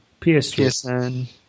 PSN